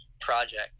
project